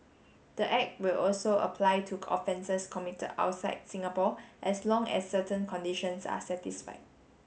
the act will also apply to offences committed outside Singapore as long as certain conditions are satisfied